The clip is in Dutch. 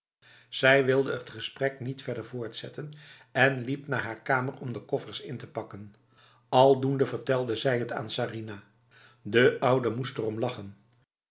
zij wilde het gesprek niet verder voortzetten en liep naar haar kamer om de koffers in te pakken al doende vertelde zij het aan sarinah de oude moest erom lachen